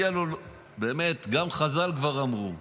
באמת גם חז"ל כבר אמרו,